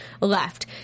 left